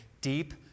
deep